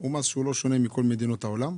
לא שונה מכל מדינות העולם,